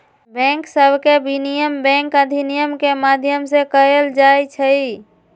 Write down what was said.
bank सभके विनियमन bank अधिनियम के माध्यम से कएल जाइ छइ